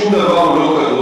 שום דבר לא קדוש.